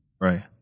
Right